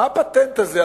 מה הפטנט הזה,